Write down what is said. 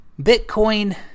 bitcoin